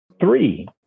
Three